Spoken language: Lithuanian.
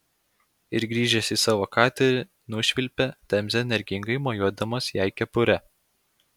ir grįžęs į savo katerį nušvilpė temze energingai mojuodamas jai kepure